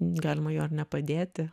galima jo ar nepadėti